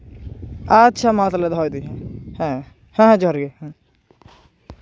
ᱟᱪᱪᱷᱟ ᱢᱟᱛᱟᱦᱚᱞᱮ ᱫᱚᱦᱚᱭᱫᱟᱹᱧ ᱦᱮᱸ ᱦᱮᱸ ᱡᱚᱦᱟᱨ ᱜᱮ ᱦᱮᱸ